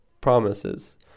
promises